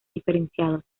diferenciados